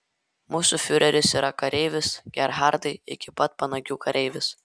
mūsų fiureris yra kareivis gerhardai iki pat panagių kareivis